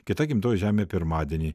kita gimtoji žemė pirmadienį